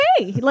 okay